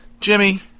Jimmy